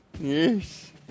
Yes